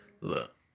look